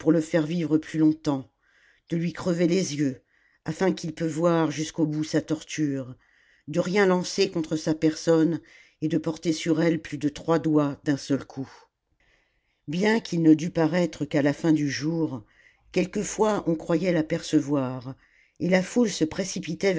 le faire vivre plus longtemps de lui crever les jeux afin qu'il pût voir jusqu'au bout sa torture de rien lancer contre sa personne et de porter sur elle plus de trois doigts d'un seul coup bien qu'il ne dût paraître qu'à la fin du jour quelquefois on croyait l'apercevoir et la foule se